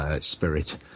spirit